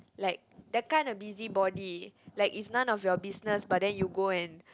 like that kind of busybody like is none of your business but then you go and